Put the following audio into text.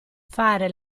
fare